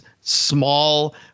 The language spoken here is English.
small